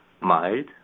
mild